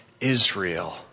Israel